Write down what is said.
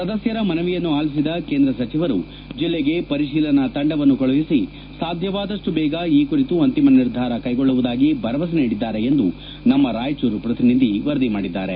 ಸದಸ್ಯರ ಮನವಿಯನ್ನು ಆಲಿಬದ ಕೇಂದ್ರ ಸಚಿವರು ಜಿಲ್ಲೆಗೆ ಪರಿತೀಲನಾ ತಂಡವನ್ನು ಕಳುಹಿಸಿ ಸಾಧ್ಯವಾದಪ್ಟು ಬೇಗ ಈ ಕುರಿತು ಅಂತಿಮ ನಿರ್ಧಾರ ತೆಗೆದುಕೊಳ್ಳುವುದಾಗಿ ಭರವಸೆ ನೀಡಿದ್ದಾರೆ ಎಂದು ನಮ್ಮ ರಾಯಚೂರು ಪ್ರತಿನಿಧಿ ವರದಿ ಮಾಡಿದ್ದಾರೆ